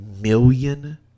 million